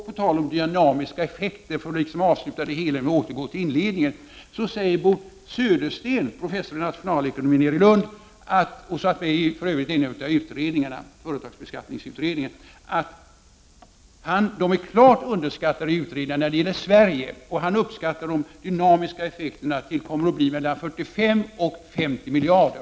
På tal om dynamiska effekter — för att avsluta genom att återgå till inledningen — säger Bo Södersten, professor i nationalekonomi vid Lunds universitet och som för övrigt satt med i en av utredningarna, företagsbeskattningsutredningen, att dessa effekter är klart underskattade när det gäller Sverige. Bo Södersten uppskattar de dynamiska effekterna till att de kommer att bli mellan 45 och 50 miljarder.